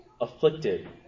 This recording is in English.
afflicted